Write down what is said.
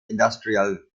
industrial